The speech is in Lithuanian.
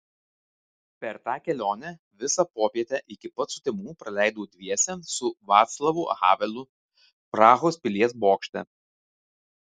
per tą kelionę visą popietę iki pat sutemų praleidau dviese su vaclavu havelu prahos pilies bokšte